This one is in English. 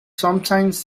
sometimes